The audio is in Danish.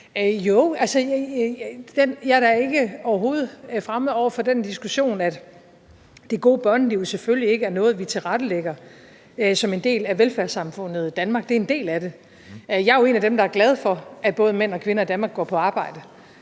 Jeg er da overhovedet ikke fremmed over for den diskussion om, at det gode børneliv selvfølgelig ikke er noget, vi tilrettelægger som en del af velfærdssamfundet i Danmark – det en del af det. Jeg er jo en af dem, der er glad for, at både mænd og kvinder i Danmark går på arbejde.